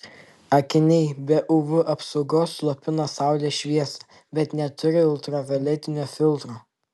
akiniai be uv apsaugos slopina saulės šviesą bet neturi ultravioletinio filtro